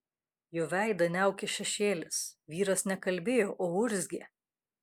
jo veidą niaukė šešėlis vyras ne kalbėjo o urzgė